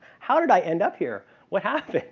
how did i end up here? what happened?